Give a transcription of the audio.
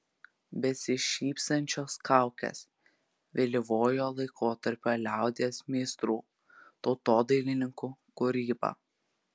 besišypsančios kaukės vėlyvojo laikotarpio liaudies meistrų tautodailininkų kūryba